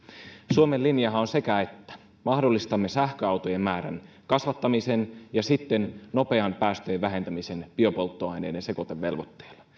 suomen linjahan on sekä että mahdollistamme sähköautojen määrän kasvattamisen ja sitten nopean päästöjen vähentämisen biopolttoaineiden sekoitevelvoitteella